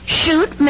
shoot